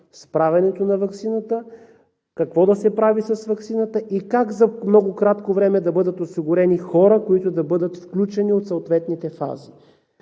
правенето на ваксината, какво да се прави с ваксината и как за много кратко време да бъдат осигурени хора от съответните фази,